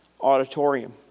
auditorium